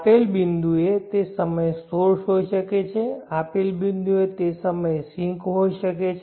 આપેલ બિંદુએ તે સમયે સોર્સ હોઈ શકે છે આપેલ બિંદુએ તે સમયે સિંક હોઈ શકે છે